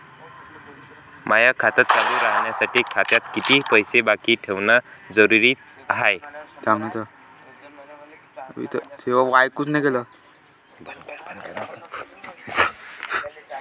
माय खातं चालू राहासाठी खात्यात कितीक पैसे बाकी ठेवणं जरुरीच हाय?